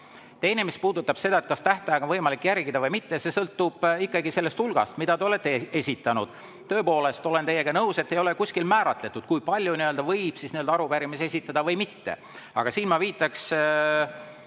2.Teiseks, mis puudutab seda, kas tähtaega on võimalik järgida või mitte, siis see sõltub ikkagi sellest hulgast, mida te olete esitanud. Tõepoolest, olen teiega nõus, et ei ole kuskil määratletud, kui palju võib arupärimisi esitada või mitte. Aga siin ma viitaks